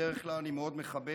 שבדרך כלל אני מאוד מכבד,